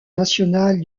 national